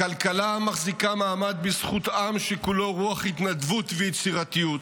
הכלכלה מחזיקה מעמד בזכות עם שכולו רוח התנדבות ויצירתיות,